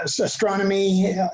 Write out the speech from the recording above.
astronomy